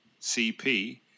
CP